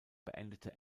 beendete